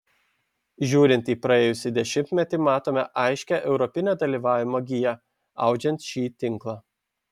žiūrint į praėjusį dešimtmetį matome aiškią europinio dalyvavimo giją audžiant šį tinklą